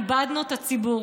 איבדנו את הציבור,